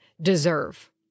deserve